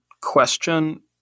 question